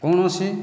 କୌଣସି